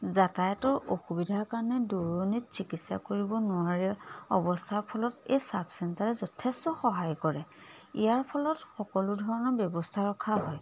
যাতায়াতৰ অসুবিধাৰ কাৰণে দূৰণিত চিকিৎসা কৰিব নোৱাৰাৰ অৱস্থাৰ ফলত এই চাব চেণ্টাৰে যথেষ্ট সহায় কৰে ইয়াৰ ফলত সকলো ধৰণৰ ব্যৱস্থা ৰখা হয়